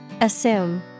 Assume